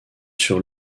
sur